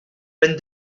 when